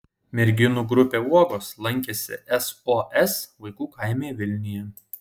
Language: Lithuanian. merginų grupė uogos lankėsi sos vaikų kaime vilniuje